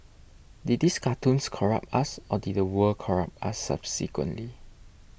did these cartoons corrupt us or did the world corrupt us subsequently